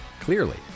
Clearly